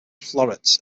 florets